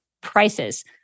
prices